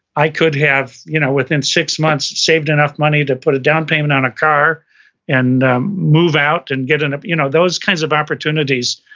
i could have you know within six months saved enough money to put a down payment on a car and move out and get an, you know those kinds of opportunities,